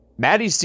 Maddie